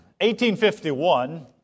1851